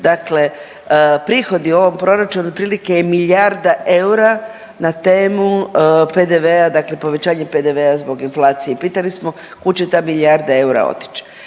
dakle prihodi u ovom proračunu otprilike je milijarda eura na temu PDV-a dakle povećanje PDV-a zbog inflacije. I pitali smo kud će ta milijarda eura otići?